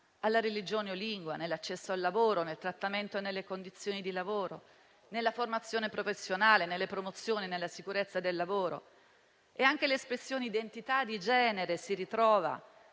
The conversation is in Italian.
alla religione o alla lingua nell'accesso al lavoro, nel trattamento e nelle condizioni di lavoro, nella formazione professionale, nelle promozioni e nella sicurezza sul lavoro. L'espressione identità di genere si ritrova,